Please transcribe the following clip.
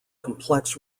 complex